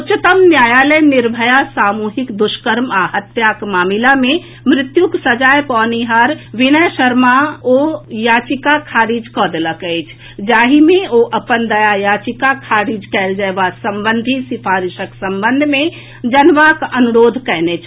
उच्चतम न्यायालय निर्भया सामूहिक दुष्कर्म आ हत्या मामिला मे मृत्युक सजाय पओनिहार विनय शर्माक ओ याचिका खारिज कऽ देलक अछि जाहि मे ओ अपन दया याचिका खारिज कयल जयबा संबंधी सिफारिशक संबंध मे जनबाक अनुरोध कयने छल